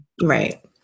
Right